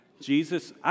Jesus